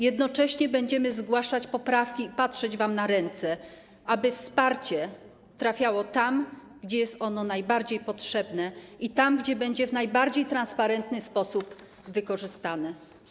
Jednocześnie będziemy zgłaszać poprawki i patrzeć wam na ręce, aby wsparcie trafiało tam, gdzie jest najbardziej potrzebne, gdzie będzie w najbardziej transparentny sposób wykorzystane.